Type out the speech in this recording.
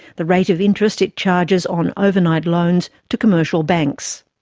the rate of interest it charges on overnight loans to commercial banks.